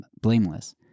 blameless